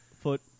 foot